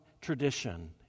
tradition